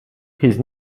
his